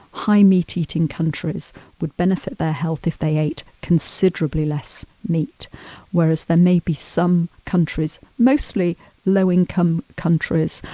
high meat-eating countries would benefit their health if they ate considerably less meat whereas there may be some countries, mostly low income countries,